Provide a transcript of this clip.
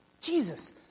Jesus